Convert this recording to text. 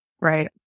right